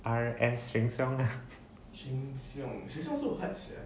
R_S sheng siong lah